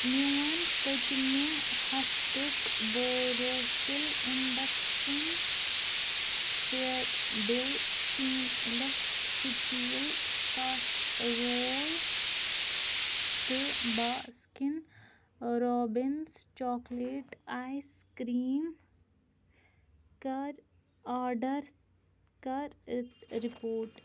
میٛون پٔتمہِ ہفتُک Borosil induction fair deal stainless steel casserole تہٕ باسکِن ٲں رابِنز چوٛاکلیٹ آیِس کرٛیٖم کَر آرڈر کَر رپورٹ